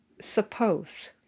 suppose